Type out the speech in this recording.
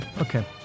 Okay